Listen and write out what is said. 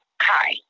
Hi